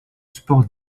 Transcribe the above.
sports